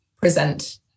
present